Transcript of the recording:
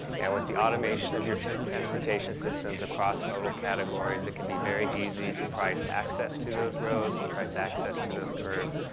and with the automation of your transportation systems across modal categories, it can be very easy to price, access to those roads, and price access to those cabs,